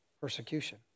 persecution